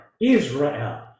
Israel